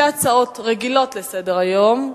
שתי הצעות רגילות לסדר-היום.